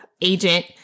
agent